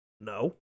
no